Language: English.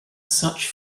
such